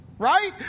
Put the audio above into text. Right